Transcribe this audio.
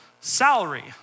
salary